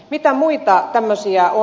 mitä muita tämmöisiä on